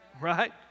Right